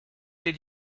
did